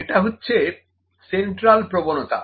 এটা হচ্ছে সেন্ট্রাল প্রবণতা